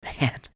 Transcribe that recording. Man